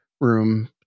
room